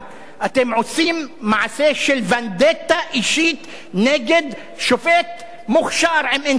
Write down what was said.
אתם עושים מעשה של ונדטה אישית נגד שופט מוכשר עם אינטגריטי,